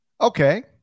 okay